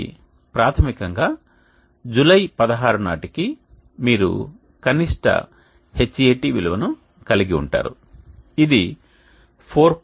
కాబట్టి ప్రాథమికంగా జూలై 16 నాటికి మీరు కనిష్ట Hat విలువను కలిగి ఉంటారు ఇది 4